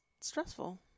stressful